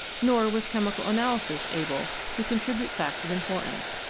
nor was chemical analysis able to contribute facts of importance.